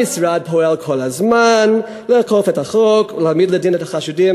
המשרד פועל כל הזמן לאכוף את החוק ולהעמיד לדין את החשודים,